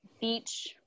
beach